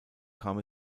kam